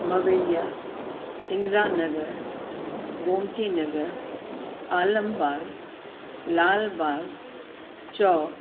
Mawaiya Indira Nagar Gomti Nagar Alambagh Lalbagh Chowk